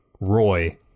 Roy